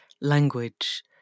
language